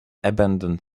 abandoned